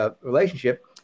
relationship